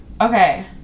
Okay